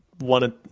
wanted